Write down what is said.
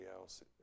else